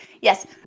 Yes